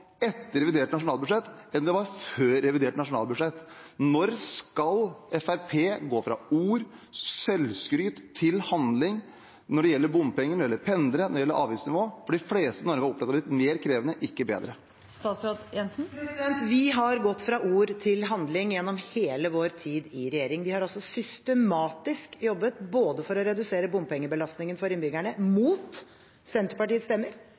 etter revidert nasjonalbudsjett enn det var før revidert nasjonalbudsjett. Når skal Fremskrittspartiet gå fra ord og selvskryt til handling når det gjelder bompenger, pendlerne og avgiftsnivå? De fleste i Norge har opplevd at det har blitt mer krevende, ikke bedre. Vi har gått fra ord til handling gjennom hele vår tid i regjering. Vi har systematisk jobbet for å redusere bompengebelastningen for innbyggerne, mot Senterpartiets stemmer.